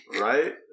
Right